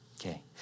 okay